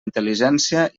intel·ligència